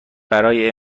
برای